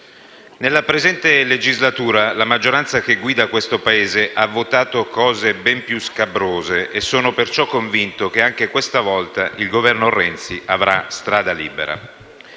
Nella presente legislatura, la maggioranza che guida il Paese ha votato cose ben più scabrose e sono perciò convinto che, anche questa volta, il Governo Renzi avrà strada libera.